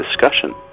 discussion